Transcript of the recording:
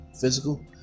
physical